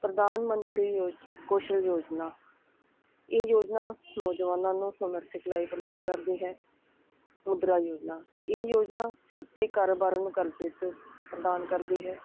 ਪ੍ਰਧਾਨ ਮੰਤਰੀ ਯੋਜ ਕੌਸ਼ਲ ਯੋਜਨਾ ਇਹ ਯੋਜਨਾ ਨੌਜਵਾਨਾਂ ਨੂੰ ਹੁਨਰ ਸਿਖਲਾਈ ਪ੍ਰਦਾਨ ਕਰਦੀ ਹੈ ਮੁਦਰਾ ਯੋਜਨਾ ਇਹ ਯੋਜਨਾ ਛੋਟੇ ਕਾਰੋਬਾਰ ਨੂੰ ਕਰਜ਼ੇ ਤੋਂ ਪ੍ਰਦਾਨ ਕਰਦੀ ਹੈ